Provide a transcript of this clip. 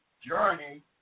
journey